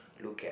look at